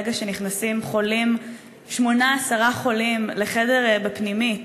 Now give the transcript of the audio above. ברגע שנכנסים שמונה, עשרה חולים לחדר בפנימית,